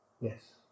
yes